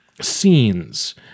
scenes